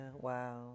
wow